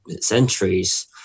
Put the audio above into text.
centuries